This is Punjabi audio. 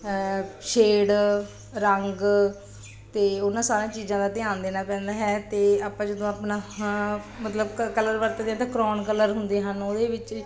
ਸ਼ੇਡ ਰੰਗ ਅਤੇ ਉਹਨਾਂ ਸਾਰੀਆਂ ਚੀਜ਼ਾਂ ਦਾ ਧਿਆਨ ਦੇਣਾ ਪੈਂਦਾ ਹੈ ਅਤੇ ਆਪਾਂ ਜਦੋਂ ਆਪਣਾ ਹਾਂ ਮਤਲਬ ਕਲਰ ਵਰਤਦੇ ਹੈ ਤਾਂ ਕਰੋਨ ਕਲਰ ਹੁੰਦੇ ਹਨ ਉਹਦੇ ਵਿੱਚ